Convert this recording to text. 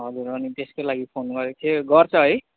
हजुर अनि त्यसकै लागि फोन गरेको थिएँ गर्छ है